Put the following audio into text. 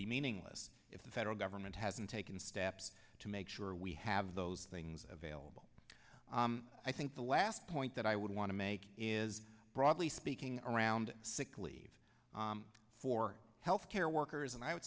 be meaningless if the federal government hasn't taken steps to make sure we have those things available i think the last point that i would want to make is broadly speaking around sick leave for health care workers and i would